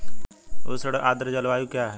उष्ण आर्द्र जलवायु क्या है?